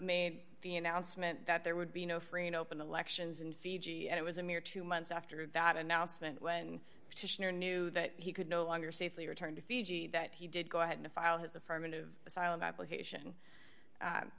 made the announcement that there would be no free and open elections in fiji and it was a mere two months after that announcement to knew that he could no longer safely return to fiji that he did go ahead and file his affirmative asylum application